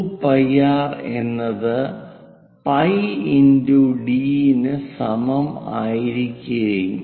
2 π r എന്നത് π× d കു സമം ആയിരിക്കും